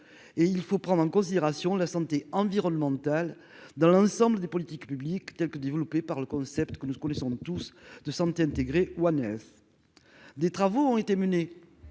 et il faut prendre en considération la santé environnementale dans l'ensemble des politiques publiques, telle que développé par le concept que nous connaissons tous de santé intégrés ou à neuf, des travaux ont été menés